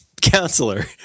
counselor